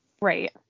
Right